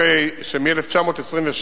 אחרי שמ-1927